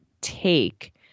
take